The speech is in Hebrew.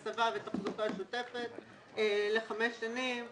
הסבה ותחזוקה שוטפת לחמש שנים.